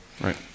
right